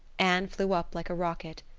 anne flew up like a rocket.